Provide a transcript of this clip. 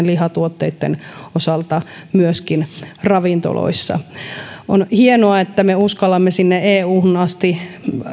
lihatuotteitten osalta myöskin ravintoloissa on hienoa että me uskallamme sinne euhun asti